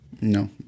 No